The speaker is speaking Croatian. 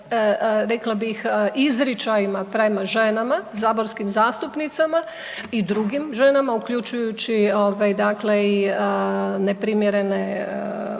rekla bih izričajima prema ženama, saborskim zastupnicima i drugim ženama, uključujući i neprimjerene